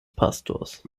pastors